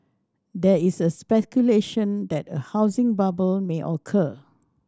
there is a speculation that a housing bubble may occur